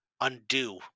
undo